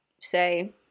say